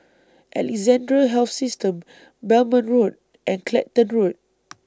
Alexandra Health System Belmont Road and Clacton Road